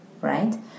Right